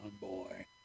boy